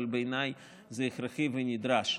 אבל בעיניי זה הכרחי ונדרש.